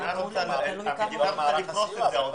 המדינה רוצה לפרוס את זה.